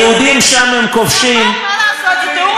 נכון, מה לעשות, זה תיאור עובדתי.